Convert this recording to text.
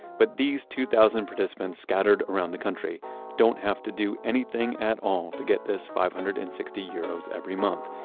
but these two thousand participants scattered around the country don't have to do anything at all to get this five hundred and sixty euros every month.